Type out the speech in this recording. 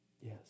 Yes